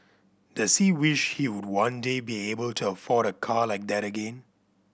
does he wish he would one day be able to afford a car like that again